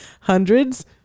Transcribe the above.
hundreds